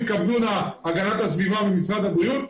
יתכבדו נא הגנת הסביבה ומשרד הבריאות,